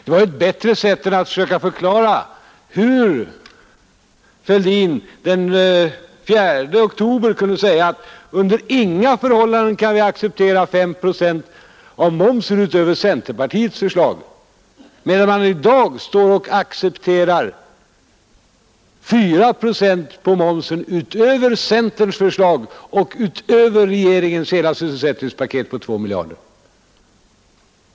Det var ett bättre sätt än att försöka förklara hur herr Fälldin den 4 oktober kunde säga att man under inga förhållanden kan acceptera 5 procents sänkning av momsen, utöver centerpartiets förslag, medan man i dag accepterar 4 procent momssänkning utöver centerns förslag och utöver regeringens hela sysselsättningspaket på 2 miljarder.